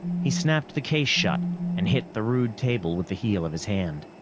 he snapped the case shut and hit the rude table with the heel of his hand.